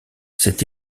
cette